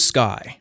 Sky